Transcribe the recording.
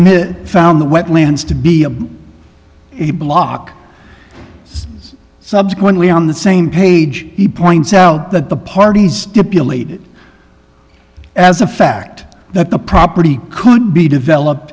dismiss found the wetlands to be a block subsequently on the same page he points out that the parties stipulate it as a fact that the property could be developed